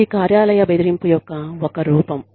ఇది కార్యాలయ బెదిరింపు యొక్క ఒక రూపం